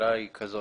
השאלה היא כזאת.